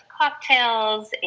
cocktails